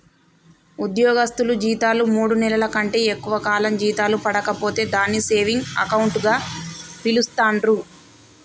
ఉద్యోగస్తులు జీతాలు మూడు నెలల కంటే ఎక్కువ కాలం జీతాలు పడక పోతే దాన్ని సేవింగ్ అకౌంట్ గా పిలుస్తాండ్రు